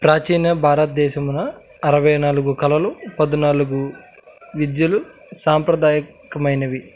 ప్రాచీన భారతదేశమున అరవై నాలుగు కళలు పద్నాలుగు విద్యలు సాంప్రదాయకమైనవి